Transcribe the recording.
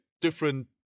different